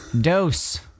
Dose